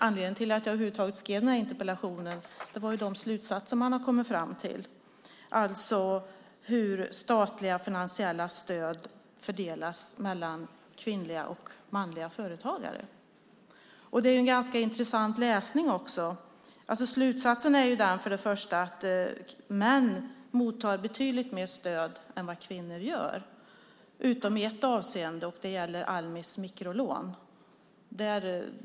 Anledningen till att jag över huvud taget skrev den här interpellationen var ju de slutsatser som man har kommit fram till, alltså hur statliga finansiella stöd fördelas mellan kvinnliga och manliga företagare. Det är en ganska intressant läsning. Slutsatsen är för det första att män mottar betydligt mer stöd än kvinnor gör utom i ett avseende. Det gäller Almis mikrolån.